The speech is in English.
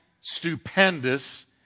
stupendous